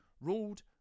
ruled